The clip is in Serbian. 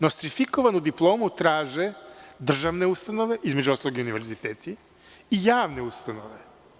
Nostrifikovanu diplomu traže državne ustanove, između ostalog univerziteti i javne ustanove.